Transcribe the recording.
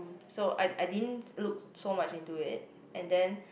so I I didn't look so much into it and then